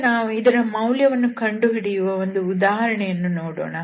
ಈಗ ನಾವು ಇದರ ಮೌಲ್ಯವನ್ನು ಕಂಡುಹಿಡಿಯುವ ಒಂದು ಉದಾಹರಣೆಯನ್ನು ನೋಡೋಣ